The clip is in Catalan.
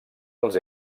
els